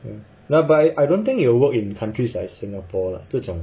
nah but I don't think it will work in countries like singapore 这种